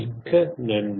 மிக்க நன்றி